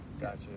Gotcha